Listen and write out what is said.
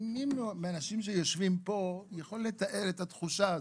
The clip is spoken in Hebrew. מי מהאנשים שיושבים פה יכול לתאר את התחושה הזאת?